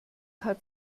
hat